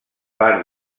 part